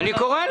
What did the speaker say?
אני קורא לו.